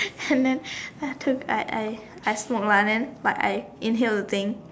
and then after that I I I smoke lah then but I inhaled the thing